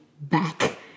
back